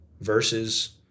verses